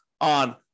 on